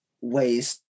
ways